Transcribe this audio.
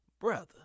Brother